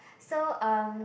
so um